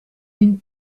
une